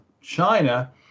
China